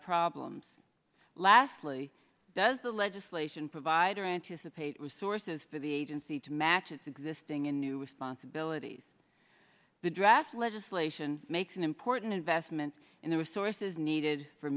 problems lastly does the legislation provide or anticipate resources for the agency to match its existing in new responsibilities the draft legislation makes an important investment in the resources needed for